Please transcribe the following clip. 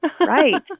Right